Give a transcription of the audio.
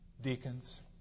deacons